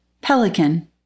pelican